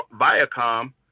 Viacom